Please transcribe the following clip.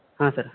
ಹಾಂ ಸರ್ರ